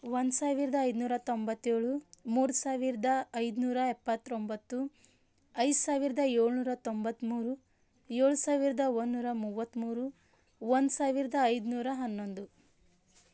ಒಂದು ಸಾವಿರದ ಐದುನೂರ ತೊಂಬತ್ತೇಳು ಮೂರು ಸಾವಿರದ ಐದುನೂರ ಎಪ್ಪತ್ತೊಂಬತ್ತು ಐದು ಸಾವಿರದ ಏಳ್ನೂರ ತೊಂಬತ್ತಮೂರು ಏಳು ಸಾವಿರದ ಒಂದುನೂರ ಮೂವತ್ತಮೂರು ಒಂದು ಸಾವಿರದ ಐದುನೂರ ಹನ್ನೊಂದು